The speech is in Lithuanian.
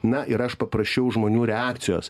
na ir aš paprašiau žmonių reakcijos